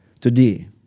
today